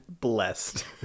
Blessed